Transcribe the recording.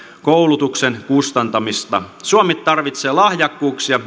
koulutuksen kustantamista suomi tarvitsee lahjakkuuksia